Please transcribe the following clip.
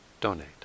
donate